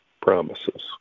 promises